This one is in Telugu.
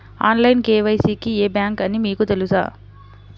ఆన్లైన్ కే.వై.సి కి ఏ బ్యాంక్ అని మీకు తెలుసా?